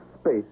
space